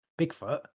Bigfoot